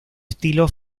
estilo